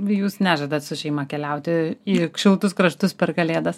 jūs nežadat su šeima keliauti į šiltus kraštus per kalėdas